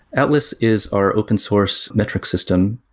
atlas is our open source metric system.